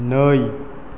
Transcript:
नै